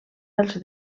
els